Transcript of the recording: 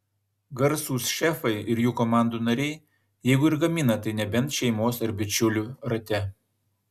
garsūs šefai ir jų komandų nariai jeigu ir gamina tai nebent šeimos ar bičiulių rate